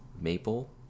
maple